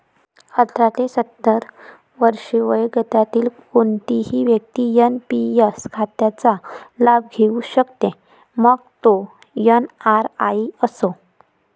अठरा ते सत्तर वर्षे वयोगटातील कोणतीही व्यक्ती एन.पी.एस खात्याचा लाभ घेऊ शकते, मग तो एन.आर.आई असो